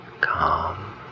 Calm